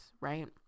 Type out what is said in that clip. right